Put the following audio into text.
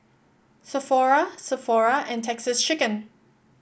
Sephora Sephora and Texas Chicken